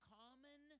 common